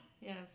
Yes